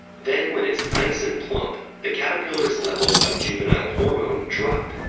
then, when it's nice and plump, the caterpillar's levels of juvenile hormone drop,